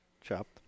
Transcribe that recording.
Chopped